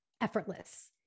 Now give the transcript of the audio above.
effortless